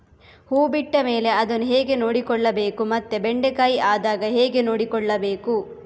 ಹೂ ಬಿಟ್ಟ ಮೇಲೆ ಅದನ್ನು ಹೇಗೆ ನೋಡಿಕೊಳ್ಳಬೇಕು ಮತ್ತೆ ಬೆಂಡೆ ಕಾಯಿ ಆದಾಗ ಹೇಗೆ ನೋಡಿಕೊಳ್ಳಬೇಕು?